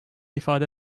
ifade